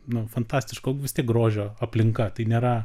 nu fantastiško vis tiek grožio aplinka tai nėra